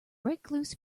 recluse